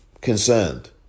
concerned